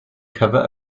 cover